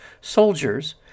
soldiers